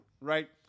Right